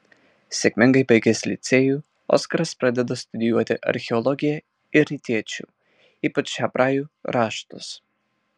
sėkmingai baigęs licėjų oskaras pradeda studijuoti archeologiją ir rytiečių ypač hebrajų raštus